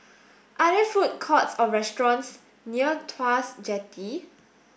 are there food courts or restaurants near Tuas Jetty